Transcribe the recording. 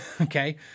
Okay